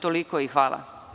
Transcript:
Toliko i hvala.